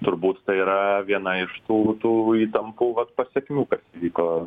turbūt tai yra viena iš tų tų įtampų vat pasekmių kas įvyko